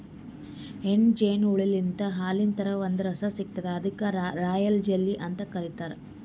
ಹೆಣ್ಣ್ ಜೇನು ಹುಳಾಲಿಂತ್ ಹಾಲಿನ್ ಥರಾ ಒಂದ್ ರಸ ಸಿಗ್ತದ್ ಅದಕ್ಕ್ ರಾಯಲ್ ಜೆಲ್ಲಿ ಅಂತ್ ಕರಿತಾರ್